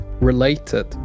related